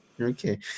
Okay